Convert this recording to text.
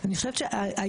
אני חושבת שהיום,